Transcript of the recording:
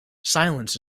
silence